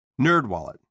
NerdWallet